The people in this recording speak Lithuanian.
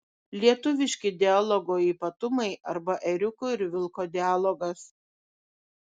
lietuviški dialogo ypatumai arba ėriuko ir vilko dialogas